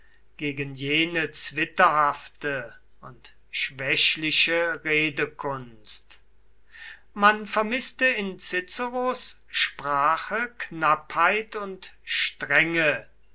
gegen jene zwitterhafte und schwächliche redekunst man vermißte in ciceros sprache knappheit und strenge